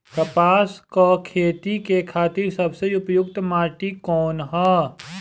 कपास क खेती के खातिर सबसे उपयुक्त माटी कवन ह?